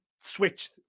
switched